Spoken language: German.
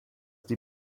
die